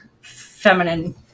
feminine